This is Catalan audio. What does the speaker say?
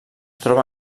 troba